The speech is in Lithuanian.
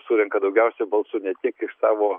surenka daugiausia balsų ne tiek iš savo